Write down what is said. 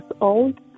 old